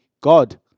God